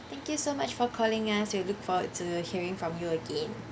thank you so much for calling us we look forward to hearing from you again